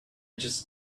just